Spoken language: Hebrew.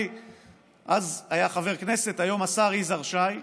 אז חבר כנסת, היום השר, יזהר שי,